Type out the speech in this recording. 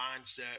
mindset